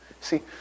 See